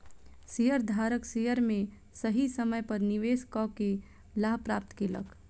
शेयरधारक शेयर में सही समय पर निवेश कअ के लाभ प्राप्त केलक